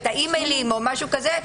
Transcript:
את האימיילים או משהו כזה,